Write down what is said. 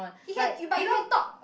he can but you can talk